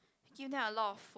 give them a lot of food